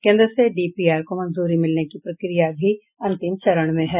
केन्द्र से डीपीआर को मंजूरी मिलने की प्रक्रिया भी अंतिम चरण में है